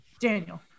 Daniel